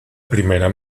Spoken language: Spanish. primera